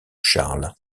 charles